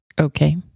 Okay